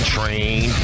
Train